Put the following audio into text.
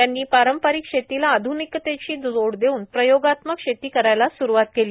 त्यांनी पारंपरिक शेतीला आध्निकतेची जोड देऊन प्रयोगात्मक शेती करायला सुरुवात केली